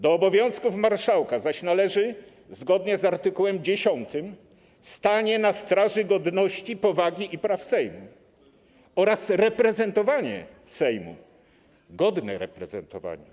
Do obowiązków marszałka należy zgodnie z art. 10 stanie na straży godności, powagi i praw Sejmu oraz reprezentowanie Sejmu, godne reprezentowanie.